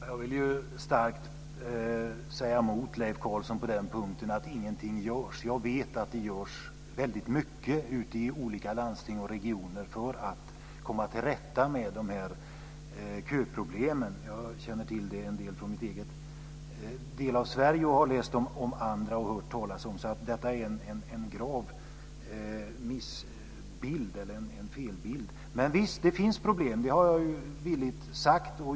Fru talman! Jag vill starkt säga emot Leif Carlson på den punkten, att ingenting görs. Jag vet att det görs väldigt mycket ute i olika landsting och regioner för att komma till rätta med köproblemen. Jag känner till en del från min egen del av Sverige och har läst och hört talas om andra. Detta är en gravt felaktig bild. Men visst finns det problem. Det har jag villigt sagt.